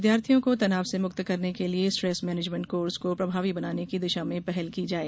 विद्यार्थियों को तनाव से मुक्त करने के लिये स्ट्रेस मैनेजमेंट कोर्स को प्रभावी बनाने की दिशा में पहल की जाये